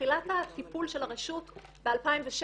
בתחילת הטיפול של הרשות ב-2007,